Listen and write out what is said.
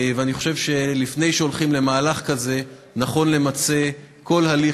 ואני חושב שלפני שהולכים למהלך כזה נכון למצות כל הליך